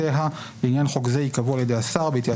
שגבולותיה לעניין חוק זה ייקבעו על ידי השר בהתייעצות